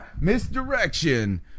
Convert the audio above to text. misdirection